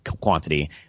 quantity